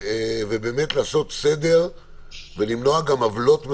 לעשות סדר ולמנוע גם עוולות מאנשים.